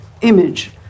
image